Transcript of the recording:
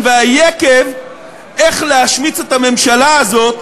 ומן היקב איך להשמיץ את הממשלה הזאת,